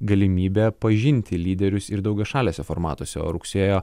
galimybę pažinti lyderius ir daugiašaliuose formatuose o rugsėjo